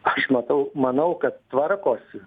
aš matau manau kad tvarkosi